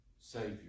Savior